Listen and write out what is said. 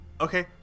okay